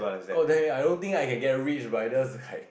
god damn it I don't think I can get rich by just like